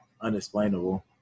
unexplainable